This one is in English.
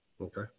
Okay